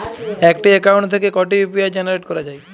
একটি অ্যাকাউন্ট থেকে কটি ইউ.পি.আই জেনারেট করা যায়?